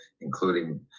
including